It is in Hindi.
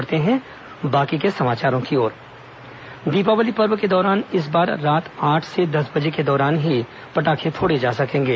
पटाखा निर्देश दीपावली पर्व के दौरान इस बार रात आठ से दस बजे के दौरान ही पटाखे फोड़े जा सकेंगे